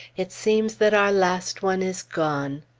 it seems that our last one is gone.